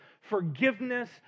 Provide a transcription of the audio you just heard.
forgiveness